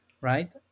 right